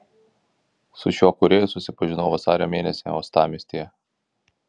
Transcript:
su šiuo kūrėju susipažinau vasario mėnesį uostamiestyje